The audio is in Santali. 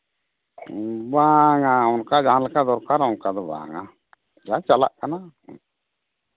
ᱵᱟᱝᱟ ᱚᱱᱠᱟ ᱡᱟᱦᱟᱸ ᱞᱮᱠᱟ ᱫᱚᱨᱠᱟᱨᱚᱜ ᱚᱱᱠᱟ ᱫᱚ ᱵᱟᱝᱟ ᱡᱟ ᱪᱟᱞᱟᱜ ᱠᱟᱱᱟ ᱦᱮᱸ